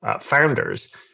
founders